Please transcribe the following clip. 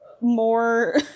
more